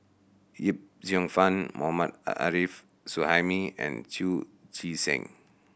Yip Cheong Fun Mohammad Arif Suhaimi and Chu Chee Seng